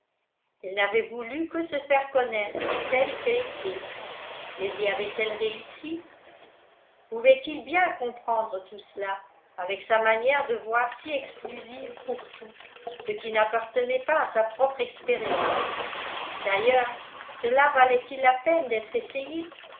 elle n'avait voulu que se faire connaître telle qu'elle était mais y avait-elle réussi pouvait-il bien comprendre tout cela avec sa manière de voir si exclusive pour tout ce qui n'appartenait pas à sa propre expérience d'ailleurs cela valait-il la peine d'être essayé